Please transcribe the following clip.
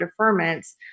deferments